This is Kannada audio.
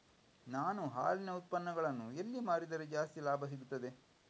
ನಾನು ಹಾಲಿನ ಉತ್ಪನ್ನಗಳನ್ನು ಎಲ್ಲಿ ಮಾರಿದರೆ ಜಾಸ್ತಿ ಲಾಭ ಸಿಗುತ್ತದೆ?